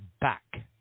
back